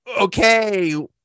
okay